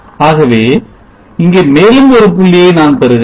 ஆகவே இங்கே மேலும் ஒரு புள்ளியை நான் பெறுகிறேன்